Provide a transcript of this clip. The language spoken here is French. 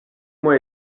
moi